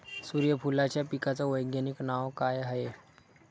सुर्यफूलाच्या पिकाचं वैज्ञानिक नाव काय हाये?